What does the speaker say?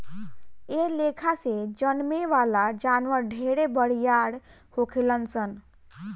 एह लेखा से जन्में वाला जानवर ढेरे बरियार होखेलन सन